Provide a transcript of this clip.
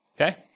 okay